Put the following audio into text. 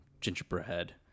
gingerbread